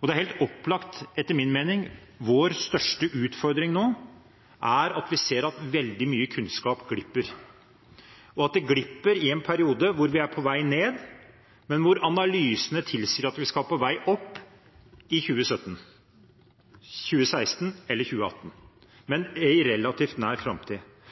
Og det er helt opplagt, etter min mening, at vår største utfordring nå er at vi ser at veldig mye kunnskap glipper, og at det glipper i en periode hvor vi er på vei ned, men hvor analysene tilsier at vi skal på vei opp i 2016, 2017 eller 2018, i relativt nær framtid.